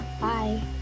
Bye